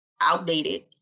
outdated